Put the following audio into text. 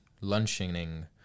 lunching